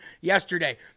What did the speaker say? yesterday